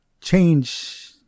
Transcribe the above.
change